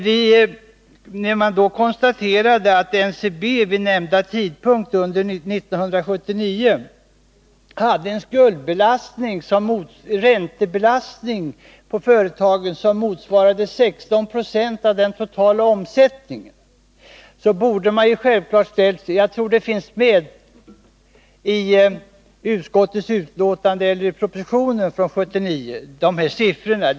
Vid nämnda tidpunkt, 1979, konstaterade man att NCB hade en räntebelastning som motsvarande 16 26 av den totala omsättningen. Jag tror dessa siffror finns med i utskottets betänkande eller i propositionen från 1979.